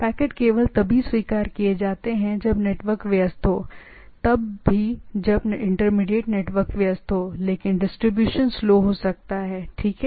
packet केवल तभी स्वीकार किए जाते हैं जब नेटवर्क व्यस्त हो तब भी जब इंटरमीडिएट नेटवर्क व्यस्त हो कि पैकेट स्वीकार किया जा सकता है और डिस्ट्रीब्यूशन स्लो हो सकता है ठीक है